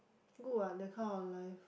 good what that kind of life